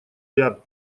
ряд